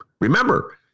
remember